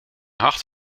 hart